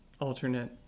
alternate